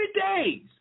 days